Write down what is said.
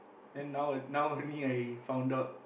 then now now only I found out